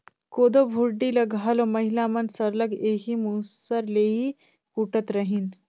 कोदो भुरडी ल घलो महिला मन सरलग एही मूसर ले ही कूटत रहिन